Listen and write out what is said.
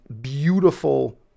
beautiful